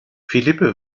philippe